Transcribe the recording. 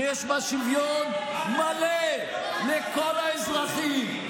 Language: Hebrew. שיש בה שוויון מלא לכל האזרחים,